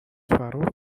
فرار